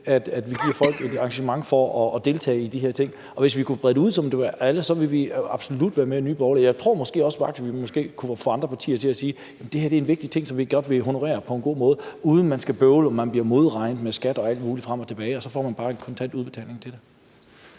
at vi giver folk et incitament til at deltage i de her ting. Hvis vi kunne brede det ud, så det gjaldt alle, ville vi absolut være med i Nye Borgerlige. Jeg tror måske også, at vi faktisk kunne få andre partier til at sige, at det her er en vigtig ting, vi gerne vil honorere på en god måde, uden at man skal bøvle og blive modregnet i forhold til skat og alt muligt frem og tilbage, således at man bare får en kontant udbetaling for det.